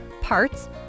parts